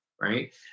right